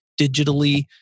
digitally